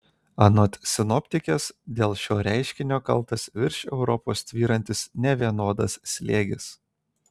anot sinoptikės dėl šio reiškinio kaltas virš europos tvyrantis nevienodas slėgis